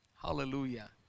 Hallelujah